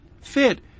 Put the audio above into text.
fit